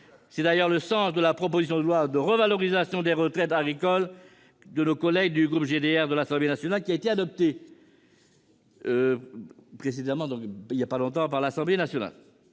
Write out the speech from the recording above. C'est d'ailleurs le sens de la proposition de loi de revalorisation des retraites agricoles de nos collègues du groupe GDR de l'Assemblée nationale, qui a été adoptée récemment. De même, il est indispensable d'encadrer